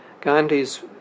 Gandhi's